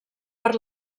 per